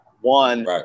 One